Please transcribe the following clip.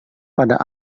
pada